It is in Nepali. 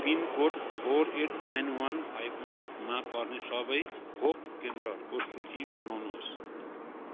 pin code four eight nine one five वानमा पर्ने सबै खोप केन्द्रहरूको सूची बनाउनुहोस्